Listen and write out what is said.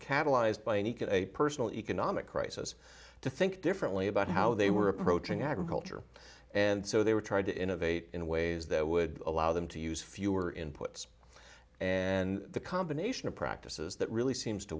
a personal economic crisis to think differently about how they were approaching agriculture and so they were trying to innovate in ways that would allow them to use fewer inputs and the combination of practices that really seems to